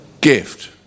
gift